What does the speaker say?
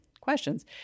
questions